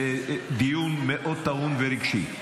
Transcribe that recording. זה דיון מאוד טעון ורגשי,